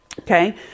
Okay